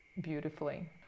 beautifully